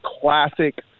classic